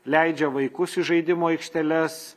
leidžia vaikus į žaidimų aikšteles